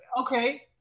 okay